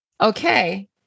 Okay